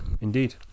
Indeed